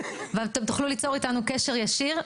ואתם תוכלו ליצור איתנו קשר ישיר,